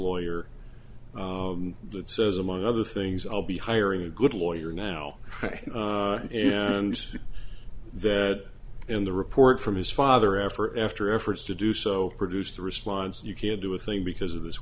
lawyer that says among other things i'll be hiring a good lawyer now and that in the report from his father after after efforts to do so produced a response you can't do a thing because of this